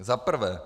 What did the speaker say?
Za prvé.